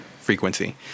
frequency